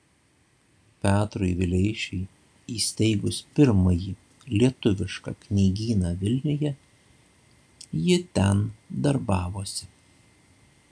petrui vileišiui įsteigus pirmąjį lietuvišką knygyną vilniuje ji ten darbavosi